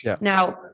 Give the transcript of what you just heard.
Now